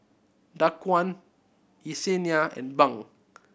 Daquan Yessenia and Bunk